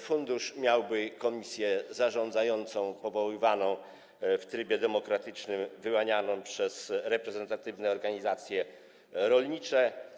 Fundusz miałby komisję zarządzającą powoływaną w trybie demokratycznym, wyłanianą przez reprezentatywne organizacje rolnicze.